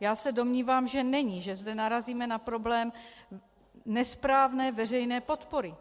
Já se domnívám, že není, že zde narazíme na problém nesprávné veřejné podpory.